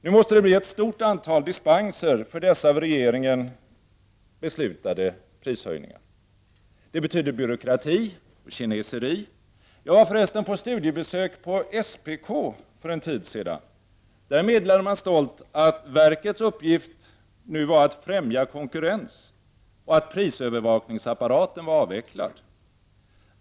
Nu måste det bli ett stort antal dispenser för de av regeringen beslutade prishöjningarna. Det betyder byråkrati och kineseri. Jag var för resten för en tid sedan på studiebesök hos SPK. Där meddelade man stolt att verkets uppgift nu var att främja konkurrens och att prisövervakningsapparaten var avvecklad.